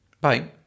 Bye